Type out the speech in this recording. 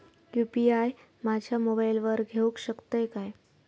मी UPI माझ्या मोबाईलावर घेवक शकतय काय?